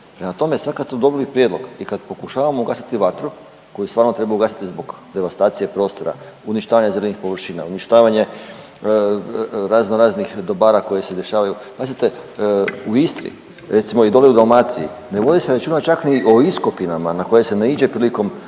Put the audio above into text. Prema tome, sad kad smo dobili prijedlog i kad pokušavamo ugasiti vatru koji stvarno treba ugasiti zbog devastacije prostora, uništavanja zelenih površina, uništavanje raznoraznih dobara koje se dešavaju. Pazite, u Istri, recimo i dolje u Dalmaciji, ne vodi se računa čak ni o iskopinama na koje se naiđe prilikom